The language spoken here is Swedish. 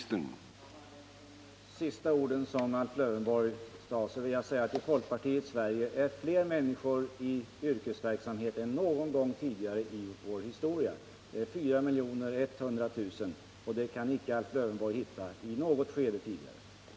Mot de sista orden som Alf Lövenborg yttrade vill jag Fredagen den replikera att i folkpartiets Sverige är fler människor i yrkesverksamhet än 17 november 1978 någon gång tidigare under vår historia, nämligen 4 100 000. Det antalet kan icke Alf Lövenborg hitta i något skede tidigare. Om åtgärder för att öka sysselsätt